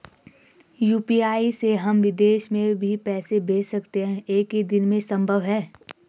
UPI से हम विदेश में भी पैसे भेज सकते हैं एक ही दिन में संभव है?